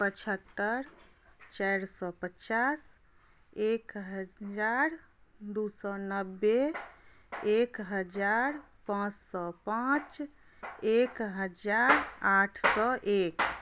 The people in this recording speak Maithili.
पचहत्तर चारि सए पचास एक हजार दू सए नबे एक हजार पाँच सए पाँच एक हजार आठ सए एक